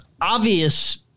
obvious